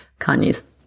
Kanye's